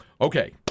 Okay